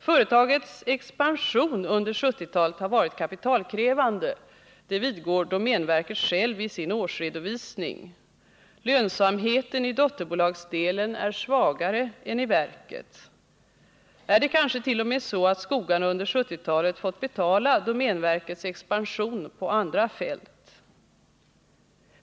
Företagets expansion under 1970-talet har varit kapitalkrävande; det vidgår domänverket självt i sin årsredovisning. Lönsamheten i dotterbolagsdelen är svagare än i verket. Är det kanske t.o.m. så att skogarna under 1970-talet fått betala domänverkets expansion på andra fält?